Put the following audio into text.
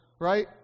right